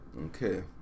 Okay